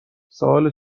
سوال